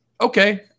okay